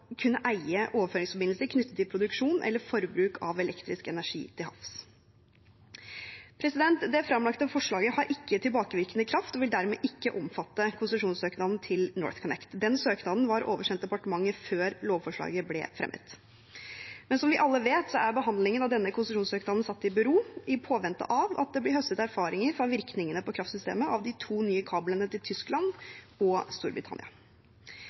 kunne eie overføringsforbindelser knyttet til produksjon eller forbruk av elektrisk energi til havs. Det fremlagte forslaget har ikke tilbakevirkende kraft og vil dermed ikke omfatte konsesjonssøknaden til NorthConnect. Den søknaden var oversendt departementet før lovforslaget ble fremmet. Men som vi alle vet, er behandlingen av denne konsesjonssøknaden satt i bero, i påvente av at det blir høstet erfaringer fra virkningene på kraftsystemet av de to nye kablene til Tyskland og Storbritannia.